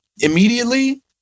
immediately